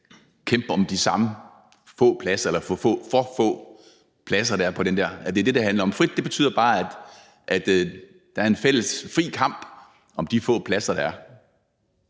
kæmpe om de samme for få pladser, der er der, altså at det er det, det handler om. »Frit« betyder bare, at der er en fælles fri kamp om de få pladser, der er.